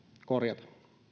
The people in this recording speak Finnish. korjata